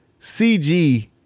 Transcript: CG